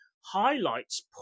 highlights